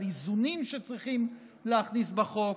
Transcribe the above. על איזונים שצריכים להכניס בחוק,